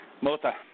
Mota